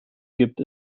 gibt